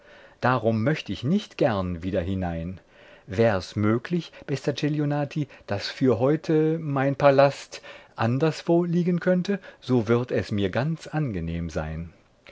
darum möcht ich nicht gern wieder hinein wär's möglich bester celionati daß für heute mein palast anderswo liegen könnte so würd es mir ganz angenehm sein